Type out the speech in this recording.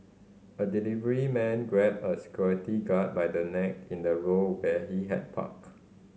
a delivery man grabbed a security guard by the neck in a row where he had parked